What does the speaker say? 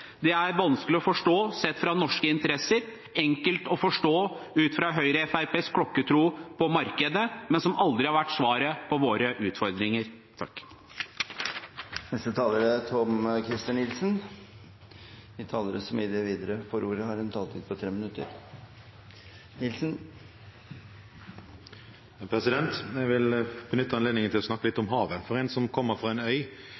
Det er vanskelig å forstå, sett fra norske interesser, og enkelt å forstå ut fra Høyre og Fremskrittspartiets klokkertro på markedet, som aldri har vært svaret på våre utfordringer. Jeg vil benytte anledningen til å snakke litt om havet. For en som kommer fra en øy,